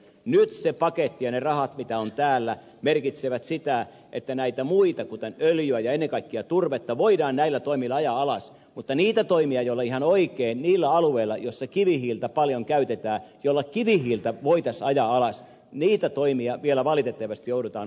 nyt se paketti ja ne rahat mitä on täällä merkitsevät sitä että näitä muita kuten öljyä ja ennen kaikkea turvetta voidaan näillä toimilla ajaa alas mutta niitä toimia joilla ihan oikein niillä alueilla joissa kivihiiltä paljon käytetään kivihiiltä voitaisiin ajaa alas vielä valitettavasti joudutaan odottamaan